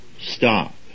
stop